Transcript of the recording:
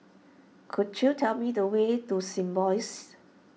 could you tell me the way to Symbiosis